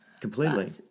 Completely